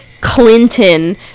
clinton